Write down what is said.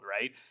Right